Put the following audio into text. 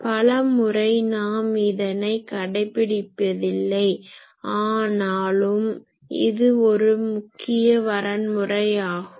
பல முறை நாம் இதனை கடைபிடிப்பதில்லை ஆனாலும் இது முக்கிய வரன்முறை ஆகும்